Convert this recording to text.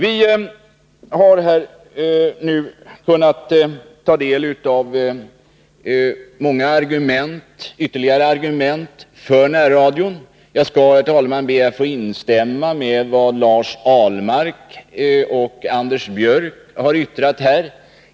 Vi har här kunnat ta del av många ytterligare goda skäl för närradion. Jag skall, herr talman, be att få instämma i vad Lars Ahlmark och Anders Björck här har yttrat.